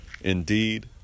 Indeed